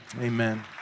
amen